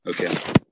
okay